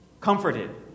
comforted